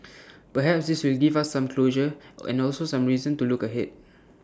perhaps this will give us some closure and also reason to look ahead